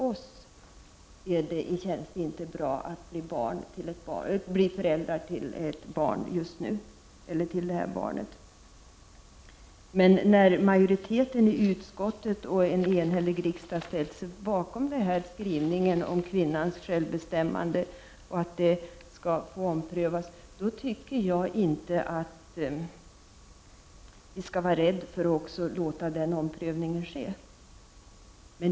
Det är bara de enskilda individerna som kan säga: För oss känns det inte bra att bli föräldrar till det här barnet just nu. Utskottsmajoriteten och en enhällig riksdag har nu ställt sig bakom denna skrivning om att principen om kvinnans självbestämmande skall få omprövas. Och då bör vi enligt min mening inte vara rädda för att också låta denna omprövning ske.